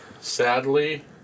Sadly